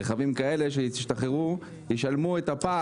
רכבים כאלה שישתחררו, ישלמו את הפער.